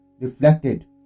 reflected